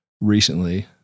recently